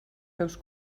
seus